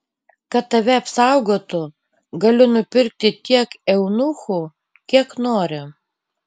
kad tave apsaugotų galiu nupirki tiek eunuchų kiek nori